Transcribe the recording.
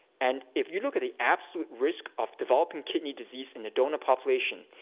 and if you look at the absolute risk of developing kidney disease in the donor population,